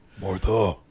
Martha